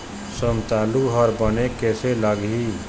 संतालु हर बने कैसे लागिही?